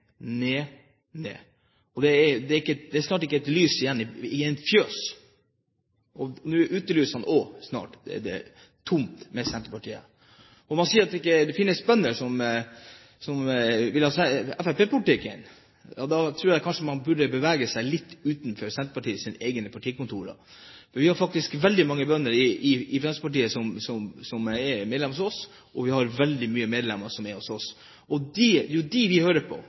ned, ned, og det er snart ikke et lys igjen i en fjøs. Og nå er utelysene snart også slukket, med Senterpartiet. Man sier at det ikke finnes bønder som vil ha fremskrittspartipolitikk. Ja, da tror jeg kanskje man burde bevege seg litt utenfor Senterpartiets egne partikontorer. Det er faktisk veldig mange bønder som er medlemmer i Fremskrittspartiet – det er veldig mange av dem som er medlemmer hos oss. Og det er jo dem vi hører på – det er dem vi i vår fraksjon og vårt parti hører på. De kommer til oss og legger fram de dagligdagse problemene, problemene de